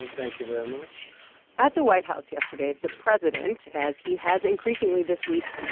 thank you very much at the white house yesterday, the president, as he has increasingly this week,